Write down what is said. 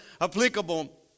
applicable